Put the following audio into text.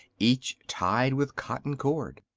each tied with cotton cord.